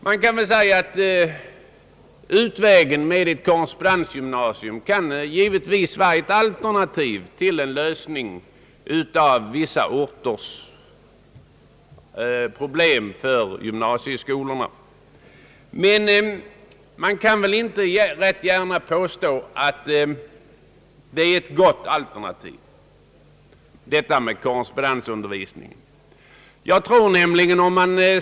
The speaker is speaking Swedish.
Ett korrespondensgymnasium kan givetvis vara en lösning av vissa orters gymnasieproblem, men man kan väl inte gärna påstå: att det alltid är ett gott.